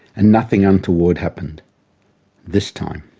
and nothing untoward happened this time.